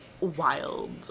wild